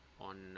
on